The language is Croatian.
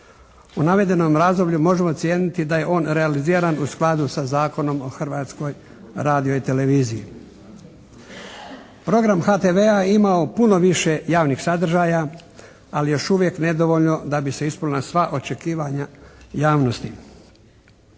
u navedenom razdoblju možemo cijeniti da je on realiziran u skladu sa Zakonom o Hrvatskoj radio i televiziji. Program HTV-a je imao puno više javnih sadržaja, ali još uvijek nedovoljno da bi se ispunila sva očekivanja javnosti.